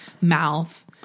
mouth